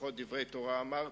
לפחות דברי תורה אמרתי,